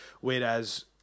Whereas